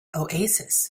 oasis